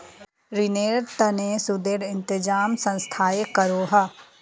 रिनेर तने सुदेर इंतज़ाम संस्थाए करोह